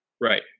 Right